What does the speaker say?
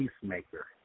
peacemaker